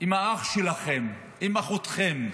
אם האח שלכם, אם אחותכם,